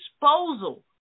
disposal